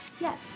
Yes